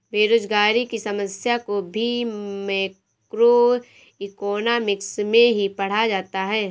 बेरोजगारी की समस्या को भी मैक्रोइकॉनॉमिक्स में ही पढ़ा जाता है